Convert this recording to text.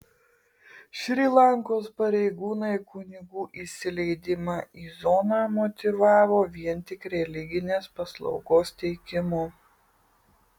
šri lankos pareigūnai kunigų įsileidimą į zoną motyvavo vien tik religinės paslaugos teikimu